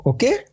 Okay